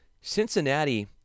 Cincinnati